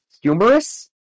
humorous